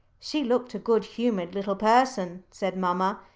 she looked a good-humoured little person, said mamma.